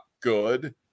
good